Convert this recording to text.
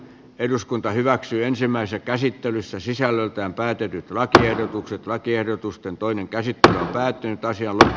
eduskunta hyväksyi ensimmäisessä käsittelyssä sisällöltään tai tyydyttävät tiedotukset lakiehdotusten toinen käsittely päättyy taisi olla